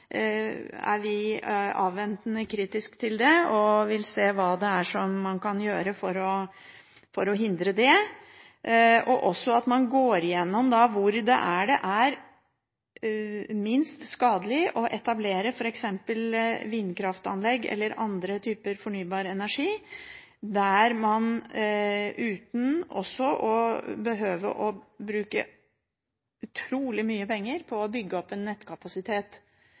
det. Vi vil se på hva man kan gjøre for å hindre det. Vi ønsker at man går gjennom hvor det er minst skadelig å etablere f.eks. vindkraftanlegg eller andre typer fornybar energi uten å behøve å bruke mye penger på å bygge opp en nettkapasitet.